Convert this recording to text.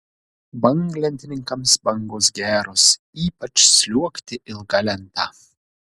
banglentininkams bangos geros ypač sliuogti ilga lenta